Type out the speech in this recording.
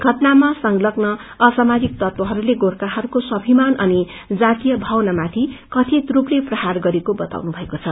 घटनामा संगल्न असामाजिक तत्वहरूले गोर्खाहरूको स्वाभिमान अनि जातिय भावना माथि कथित रूपले प्रहार गरेको बताउनु भएको छ